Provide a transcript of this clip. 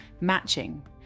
matching